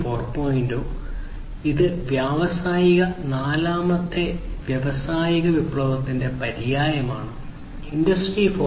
0 ഇത് വ്യാവസായിക നാലാമത്തെ വ്യാവസായിക വിപ്ലവത്തിന്റെ പര്യായമാണ് ഇൻഡസ്ട്രി 4